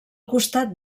costat